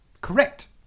Correct